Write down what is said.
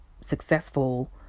successful